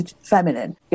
feminine